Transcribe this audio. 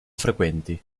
frequenti